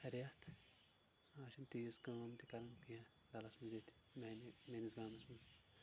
ریتھ آز چھ نہٕ تیٖژ کٲم تہِ کران کیٚنٛہہ ڈلس منٛز ییٚتہِ میانہِ میٲنِس گامس منٛز